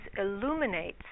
illuminates